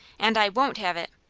and i won't have it!